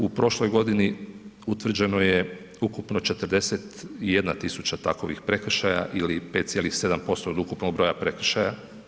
U prošloj godini utvrđeno je ukupno 41 tisuća takvih prekršaja ili 5,7% od ukupnog broja prekršaja.